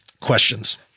questions